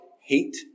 hate